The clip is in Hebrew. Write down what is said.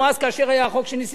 כאשר היה החוק של נסים זאב,